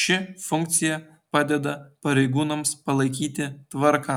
ši funkcija padeda pareigūnams palaikyti tvarką